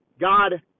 God